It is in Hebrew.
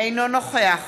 אינו נוכח